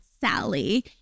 Sally